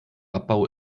abbau